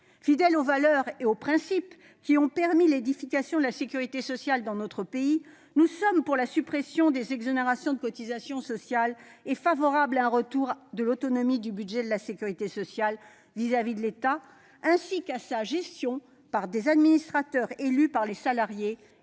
Fidèles aux valeurs et aux principes qui ont permis l'édification de la sécurité sociale dans notre pays, nous sommes pour la suppression des exonérations de cotisations sociales et favorables à un retour de l'autonomie du budget de la sécurité sociale vis-à-vis de l'État, ainsi qu'à sa gestion par des administrateurs élus par les salariés et leurs ayants